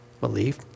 Belief